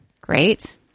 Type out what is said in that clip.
Great